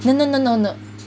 no no no no no